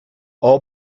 all